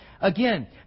Again